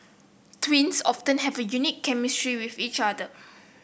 twins often have a unique chemistry with each other